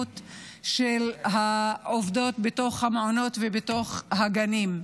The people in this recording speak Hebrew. של העובדות בתוך המעונות ובתוך הגנים,